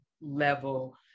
level